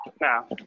Now